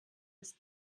ist